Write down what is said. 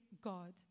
God